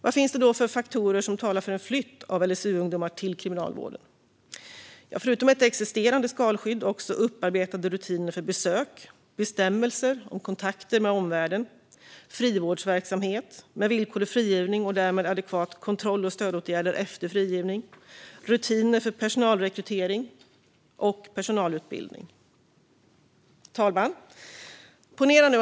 Vad finns det då för faktorer som talar för en flytt av LSU-ungdomar till Kriminalvården? Förutom ett existerande skalskydd handlar det också om upparbetade rutiner för besök, bestämmelser om kontakter med omvärlden, frivårdsverksamhet med villkorlig frigivning och därmed adekvata kontroll och stödåtgärder efter frigivning, rutiner för personalrekrytering och personalutbildning. Fru talman!